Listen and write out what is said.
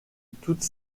toutes